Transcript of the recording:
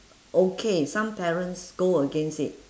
okay some parents go against it